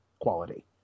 quality